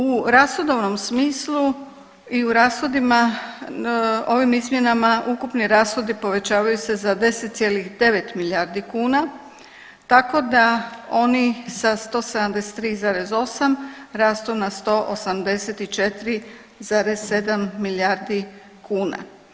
U rashodovnom smislu i u rashodima ovim izmjenama ukupni rashodi povećavaju se za 10,9 milijardi kuna tako da oni sa 173,8 rastu na 184,7 milijardi kuna.